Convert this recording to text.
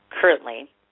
Currently